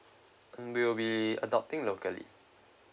mm we will be adopting locally